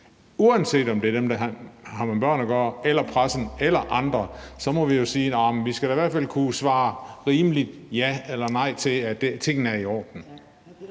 uanset om det vedrører dem, der har med børn at gøre, pressen eller andre, at vi har en pligt til at kunne svare rimelig sikkert ja eller nej til, at tingene er i orden.